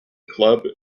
club